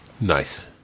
nice